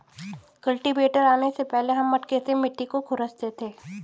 cultivator आने से पहले हम मटके से मिट्टी को खुरंचते थे